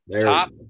top